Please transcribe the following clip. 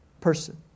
person